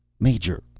major!